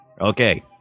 okay